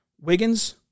Wiggins